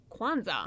Kwanzaa